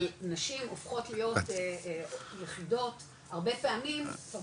אבל נשים הופכות להיות יחידות הרבה פעמים כבר